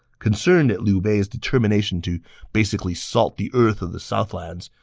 concerned at liu bei's determination to basically salt the earth of the southlands,